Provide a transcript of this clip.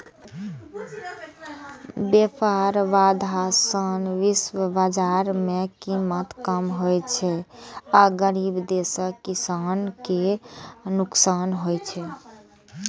व्यापार बाधा सं विश्व बाजार मे कीमत कम होइ छै आ गरीब देशक किसान कें नुकसान होइ छै